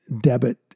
debit